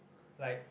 like